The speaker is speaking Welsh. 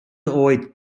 oed